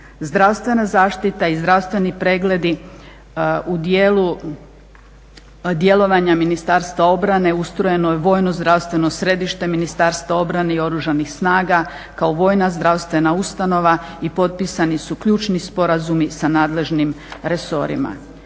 Zdravstvena zaštita i zdravstveni pregledi u dijelu djelovanja Ministarstva obrane ustrojeno je vojno zdravstveno središte Ministarstva obrane i Oružanih snaga kao vojna zdravstvena ustanova i potpisani su ključni sporazumi sa nadležnim resorima.